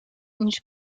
niż